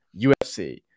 UFC